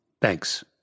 Thanks